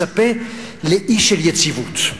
לאי של יציבות.